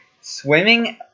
Swimming